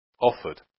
offered